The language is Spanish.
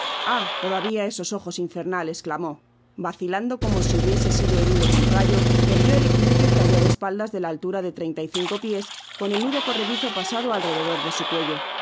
ah todavia esos ojos infernales clamó vacilando como si hubiese sido herido de un rayo perdió el equilibrio y cayó de espaldas de la altura de treinta y cinco pies con el nudo corredizo pasado alrededor de su cuello la